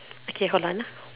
okay hold on ah